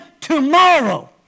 tomorrow